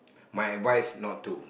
my advice not to